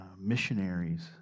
missionaries